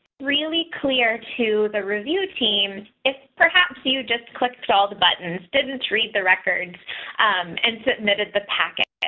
really clear to the review team if perhaps you just click to all the buttons, didn't read the records and submitted the packet.